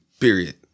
Period